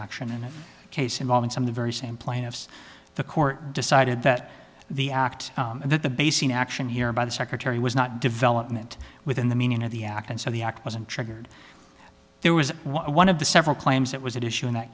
action in a case involving some the very same plan of the court decided that the act and that the basing action here by the secretary was not development within the meaning of the act and so the act wasn't triggered there was one of the several claims that was at issue in that